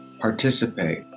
participate